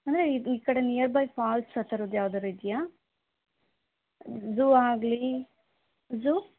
ಅಂದರೆ ಈ ಕಡೆ ನಿಯರ್ ಬೈ ಫಾಲ್ಸ್ ಆ ಥರದ್ದು ಯಾವ್ದಾರು ಇದೆಯ ಝೂ ಆಗಲಿ ಝೂ